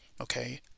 okay